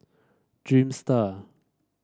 dreamster